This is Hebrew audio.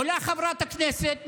עולה חברת הכנסת,